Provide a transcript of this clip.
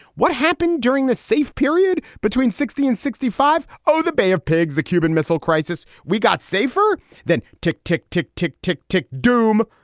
what happened during the safe period between sixty and sixty five zero? the bay of pigs, the cuban missile crisis. we got safer than. tick. tick. tick. tick. tick. tick. doom.